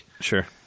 Sure